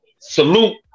salute